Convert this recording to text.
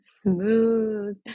smooth